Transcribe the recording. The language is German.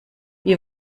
wie